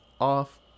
off